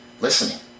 listening